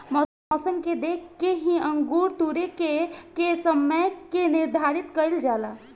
मौसम के देख के ही अंगूर तुरेके के समय के निर्धारित कईल जाला